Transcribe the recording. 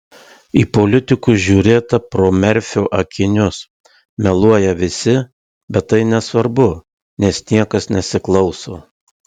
į politikus žiūrėta pro merfio akinius meluoja visi bet tai nesvarbu nes niekas nesiklauso